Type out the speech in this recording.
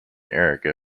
erica